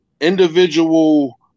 individual